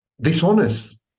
dishonest